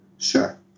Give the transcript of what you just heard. sure